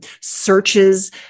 searches